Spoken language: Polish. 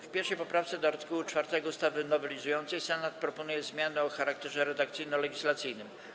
W 1. poprawce do art. 4 ustawy nowelizującej Senat proponuje zmiany o charakterze redakcyjno-legislacyjnym.